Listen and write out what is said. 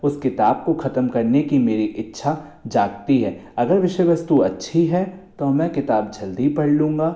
उस किताब को खत्म करने की मेरी इच्छा जागती है अगर विषय वस्तु अच्छी है तो मैं किताब जल्दी पढ़ लूँगा